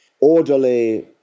Orderly